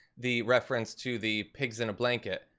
the reference to the pigs in a blanket,